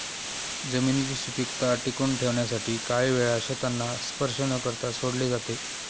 जमिनीची सुपीकता टिकवून ठेवण्यासाठी काही वेळा शेतांना स्पर्श न करता सोडले जाते